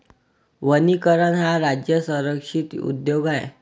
वनीकरण हा राज्य संरक्षित उद्योग आहे